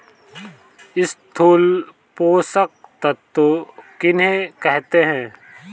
स्थूल पोषक तत्व किन्हें कहते हैं?